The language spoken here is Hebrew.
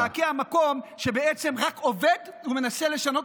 לקעקע מקום שבעצם רק עובד ומנסה לשנות